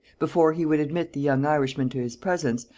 before he would admit the young irishman to his presence,